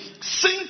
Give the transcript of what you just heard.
sing